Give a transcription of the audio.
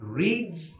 reads